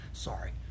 sorry